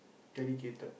dedicated